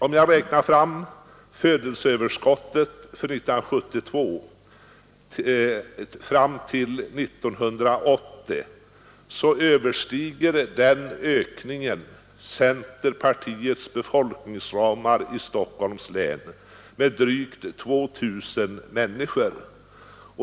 Om jag räknar fram födelseöverskottet från år 1972 fram till år 1980, överstiger denna ökning centerpartiets befolkningsramar i Stockholms län med drygt 2 000 människor.